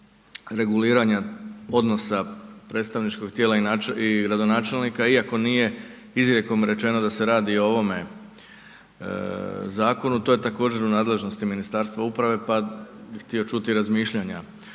reguliranja odnosa predstavničkog tijela i gradonačelnika iako nije izrijekom rečeno da se radi o ovome zakonu, to je također u nadležnosti Ministarstva uprave, pa bih htio čuti razmišljanja